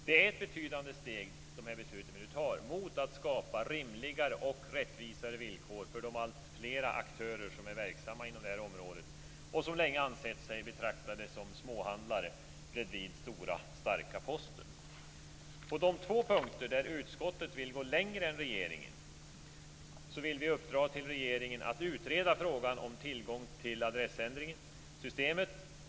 De beslut vi nu tar är ett betydande steg mot att skapa rimligare och rättvisare villkor för de alltfler aktörer som är verksamma inom området och som länge ansett sig betraktade som småhandlare bredvid stora starka Posten. På de två punkter där utskottet vill gå längre än regeringen vill vi uppdra åt regeringen att utreda frågan om tillgång till adressändringssystemet.